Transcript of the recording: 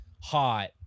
Hot